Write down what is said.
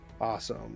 Awesome